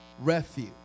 refuge